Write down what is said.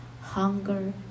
Hunger